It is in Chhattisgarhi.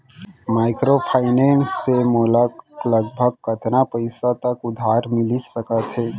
माइक्रोफाइनेंस से मोला लगभग कतना पइसा तक उधार मिलिस सकत हे?